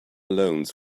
loans